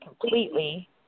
completely